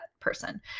person